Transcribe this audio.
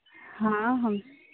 हाँ हम